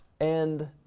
and